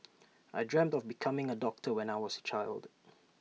I dreamt of becoming A doctor when I was A child